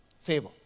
favor